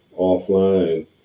offline